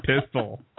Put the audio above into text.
Pistol